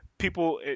people